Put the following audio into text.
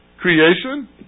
Creation